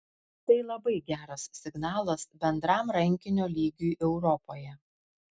tai labai geras signalas bendram rankinio lygiui europoje